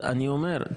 אז אני אומר,